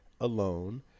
alone